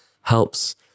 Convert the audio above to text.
helps